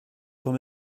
quand